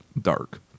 dark